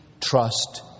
trust